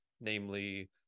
namely